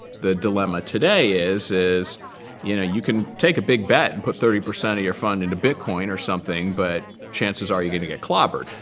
the dilemma today is, you know you can take a big bet and put thirty percent of your fund into bitcoin or something. but chances are you're going to get clobbered.